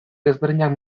desberdinak